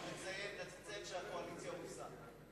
רק תציין שהקואליציה הובסה.